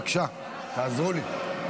בבקשה, תעזרו לי.